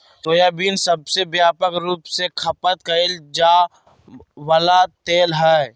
soybean सबसे व्यापक रूप से खपत कइल जा वला तेल हइ